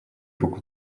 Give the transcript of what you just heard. друг